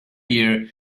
year